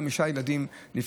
חמישה ילדים נפטרו.